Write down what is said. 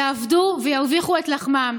יעבדו וירוויחו את לחמם.